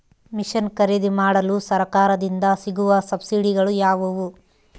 Mission ಖರೇದಿಮಾಡಲು ಸರಕಾರದಿಂದ ಸಿಗುವ ಸಬ್ಸಿಡಿಗಳು ಯಾವುವು?